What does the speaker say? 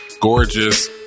gorgeous